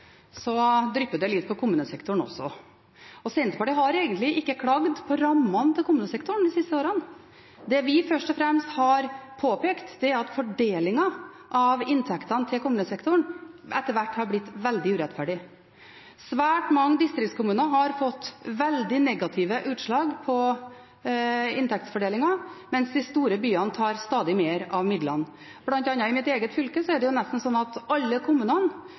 så mye oljepenger som denne regjeringen har gjort, drypper det litt på kommunesektoren også. Senterpartiet har egentlig ikke klagd på rammene til kommunesektoren de siste årene. Det vi først og fremst har påpekt, er at fordelingen av inntektene til kommunesektoren etter hvert har blitt veldig urettferdig. Svært mange distriktskommuner har fått veldig negative utslag av inntektsfordelingen, mens de store byene tar stadig mer av midlene. Blant annet i mitt eget fylke er det slik at nesten alle kommunene